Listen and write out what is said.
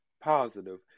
positive